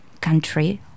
country